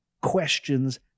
questions